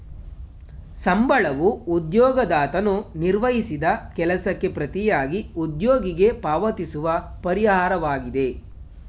ಸಂಬಳವೂ ಉದ್ಯೋಗದಾತನು ನಿರ್ವಹಿಸಿದ ಕೆಲಸಕ್ಕೆ ಪ್ರತಿಯಾಗಿ ಉದ್ಯೋಗಿಗೆ ಪಾವತಿಸುವ ಪರಿಹಾರವಾಗಿದೆ